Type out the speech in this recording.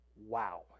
Wow